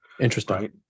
interesting